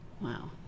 Wow